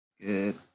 Good